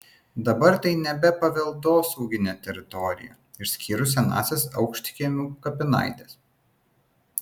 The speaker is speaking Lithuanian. dabar tai nebe paveldosauginė teritorija išskyrus senąsias aukštkiemių kapinaites